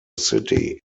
city